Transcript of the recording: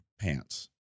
pants